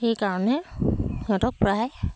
সেইকাৰণে সিহঁতক প্ৰায়